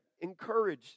encourage